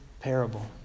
parable